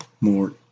more